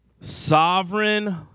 sovereign